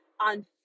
on